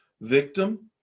victim